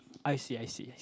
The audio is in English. I see I see